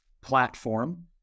platform